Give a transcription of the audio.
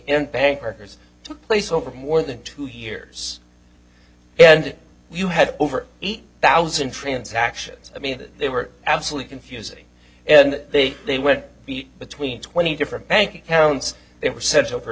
and bankers took place over more than two years and you had over eight thousand transactions i mean they were absolutely confusing and they they went between twenty different bank accounts